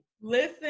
Listen